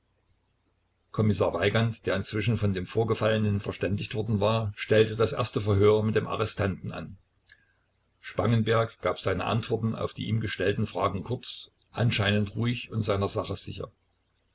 kommissar weigand der inzwischen von dem vorgefallenen verständigt worden war stellte das erste verhör mit dem arrestanten an spangenberg gab seine antworten auf die ihm gestellten fragen kurz anscheinend ruhig und seiner sache sicher